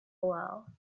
well